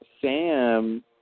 Sam